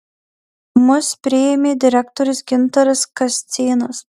mus priėmė direktorius gintaras kascėnas